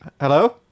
hello